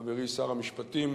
חברי שר המשפטים,